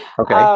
okay.